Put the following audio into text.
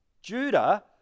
Judah